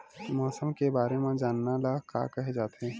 मौसम के बारे म जानना ल का कहे जाथे?